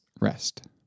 rest